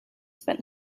spent